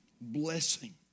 blessing